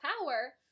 power